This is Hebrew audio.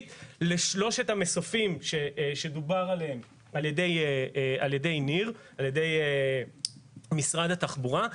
לשלושת המסופים שדובר עליהם על ידי ניר ממשרד התחבורה.